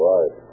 Right